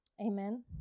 Amen